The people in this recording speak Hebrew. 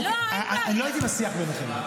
אני לא הייתי בשיח ביניכם.